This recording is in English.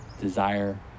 desire